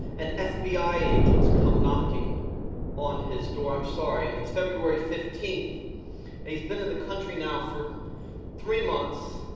and fbi agents come knocking on his door, i'm sorry, and it's february fifteenth. and he's been in the country now for three months